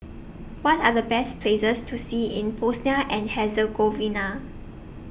What Are The Best Places to See in Bosnia and Herzegovina